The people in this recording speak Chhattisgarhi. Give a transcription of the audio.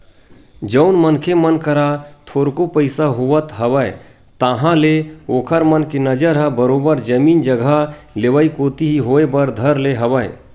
जउन मनखे मन करा थोरको पइसा होवत हवय ताहले ओखर मन के नजर ह बरोबर जमीन जघा लेवई कोती ही होय बर धर ले हवय